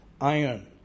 iron